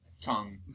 tongue